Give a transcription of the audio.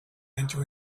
enter